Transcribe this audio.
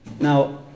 Now